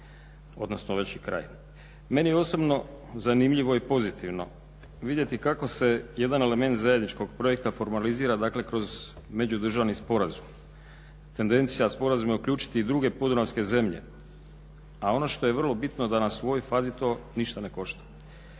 odnosno već je kraj. Meni je osobno zanimljivo i pozitivno vidjeti kako se jedan element zajedničkog projekta formalizira kroz međudržavni sporazum. Tendencija sporazuma je uključiti i druge podunavske zemlje, a ono što je vrlo bitno da nas u ovoj fazi to ništa ne košta.